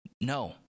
No